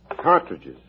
Cartridges